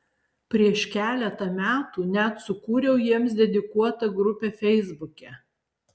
prieš keletą metų net sukūriau jiems dedikuotą grupę feisbuke